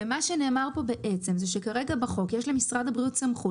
ומה שנאמר פה בעצם הוא שכרגע בחוק יש למשרד הבריאות סמכות